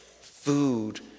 food